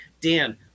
Dan